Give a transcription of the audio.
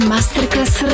Masterclass